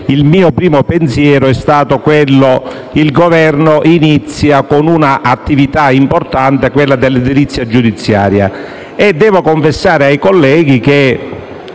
Il mio primo pensiero è quindi stato che il Governo inizia con un'attività importante, quella dell'edilizia giudiziaria. E devo confessare ai colleghi che